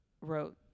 wrote